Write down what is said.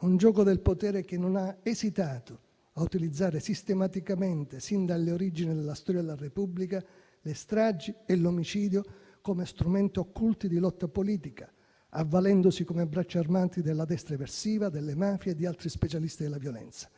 un gioco del potere che non ha esitato a utilizzare sistematicamente, sin dalle origini della storia della Repubblica, le stragi e l'omicidio come strumenti occulti di lotta politica, avvalendosi come bracci armati della destra eversiva, delle mafie e di altri specialisti della violenza.